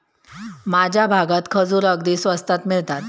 माझ्या भागात खजूर अगदी स्वस्तात मिळतात